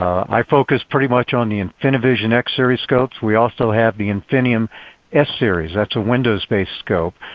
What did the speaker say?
i focus pretty much on the infiniivision x-series scopes. we also have the infiniium s series, that's a windows-based scope.